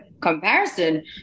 comparison